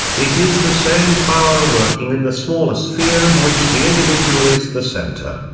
it is the same power working in the smaller sphere of which the individual is the centre.